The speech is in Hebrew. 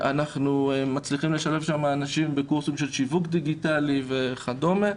אנחנו מצליחים לשווק שם אנשים בקורסים של שיווק דיגיטלי וכדומה.